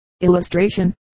illustration